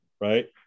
right